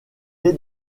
est